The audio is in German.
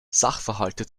sachverhalte